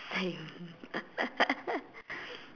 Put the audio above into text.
same